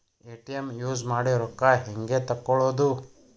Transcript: ATM use ಮಾಡಿ ರೊಕ್ಕ ಹೆಂಗೆ ತಕ್ಕೊಳೋದು?